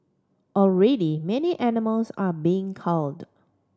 already many animals are being culled